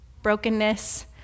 brokenness